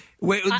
wait